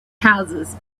houses